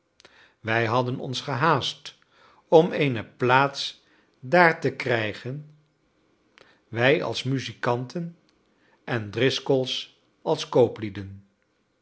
wij hadden ons gehaast om eene plaats daar te krijgen wij als muzikanten en de driscoll's als